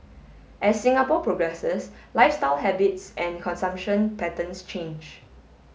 as Singapore progresses lifestyle habits and consumption patterns change